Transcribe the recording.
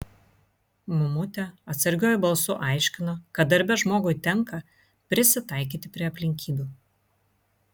mamutė atsargiuoju balsu aiškino kad darbe žmogui tenka prisitaikyti prie aplinkybių